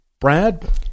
Brad